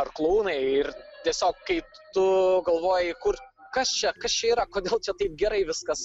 ar klounai ir tiesiog kaip tu galvoji kur kas čia kas čia yra kodėl čia taip gerai viskas